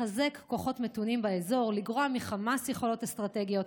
לחזק כוחות מתונים באזור ולגרוע מחמאס יכולות אסטרטגיות.